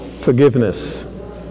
Forgiveness